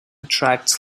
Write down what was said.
attracts